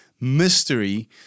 mystery